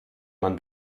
man